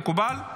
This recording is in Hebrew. מקובל?